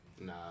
Nah